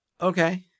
Okay